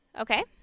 Okay